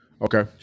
okay